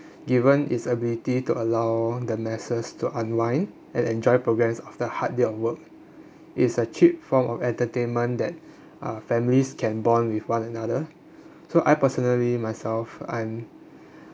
given its ability to allow the masses to unwind and enjoy programs after hard day of work is a cheap form of entertainment that uh families can bond with one another so I personally myself I'm